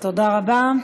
תודה רבה.